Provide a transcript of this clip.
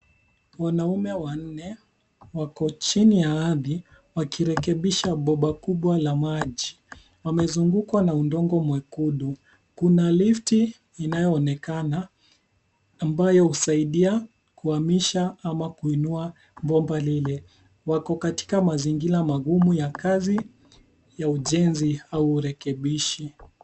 Wanaume wanne wako chini ya ardhi wakirekebisha bomba kubwa la maji. Wamezungukwa na udongo mwekundu. Kuna lift inayoonekana ambayo husaidia kuhamisha ama kuinua bomba lile. Wako katika mazingira magumu ya kazi ya ujenzi au urekebishi.